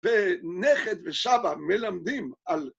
ונכד וסבא מלמדים על